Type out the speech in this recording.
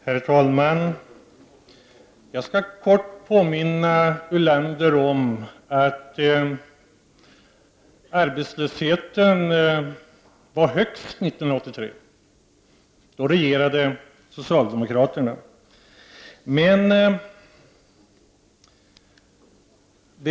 Herr talman! Jag skall påminna Lars Ulander om att arbetslösheten i landet var högst år 1983, då socialdemokraterna regerade.